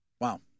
Wow